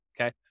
Okay